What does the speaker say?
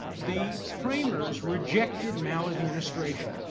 the framers rejected maladministration.